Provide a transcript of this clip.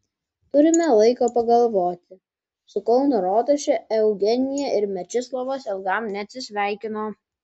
turime laiko pagalvoti su kauno rotuše eugenija ir mečislovas ilgam neatsisveikino